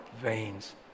veins